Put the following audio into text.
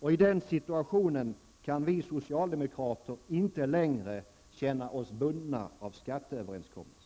I den situationen kan vi socialdemokrater inte längre känna oss bundna av överenskommelsen.